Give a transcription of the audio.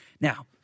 Now